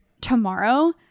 tomorrow